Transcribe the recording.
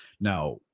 now